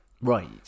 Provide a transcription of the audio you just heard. Right